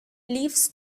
lives